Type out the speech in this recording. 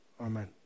amen